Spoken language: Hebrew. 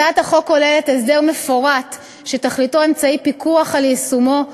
הצעת החוק כוללת הסדר מפורט שתכליתו אמצעי פיקוח על יישומו,